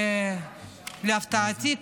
להפתעתי,